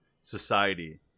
society